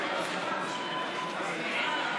נא להצביע.